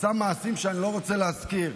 עשה מעשים שאני לא רוצה להזכיר,